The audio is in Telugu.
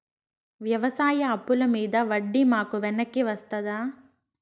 వ్యవసాయ అప్పుల మీద వడ్డీ మాకు వెనక్కి వస్తదా?